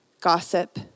gossip